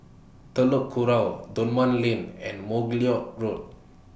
Telok Kurau Dunman Lane and Margoliouth Road